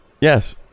Yes